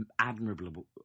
admirable